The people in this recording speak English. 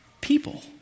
people